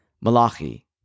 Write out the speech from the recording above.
Malachi